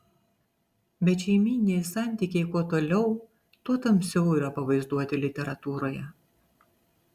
bet šeimyniniai santykiai kuo toliau tuo tamsiau yra pavaizduoti literatūroje